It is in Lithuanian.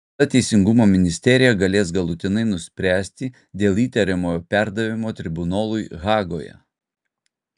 tada teisingumo ministerija galės galutinai nuspręsti dėl įtariamojo perdavimo tribunolui hagoje